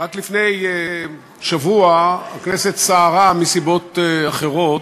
רק לפני שבוע הכנסת סערה מסיבות אחרות,